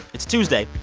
it's tuesday,